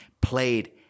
played